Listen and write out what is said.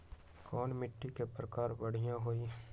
कोन मिट्टी के प्रकार बढ़िया हई?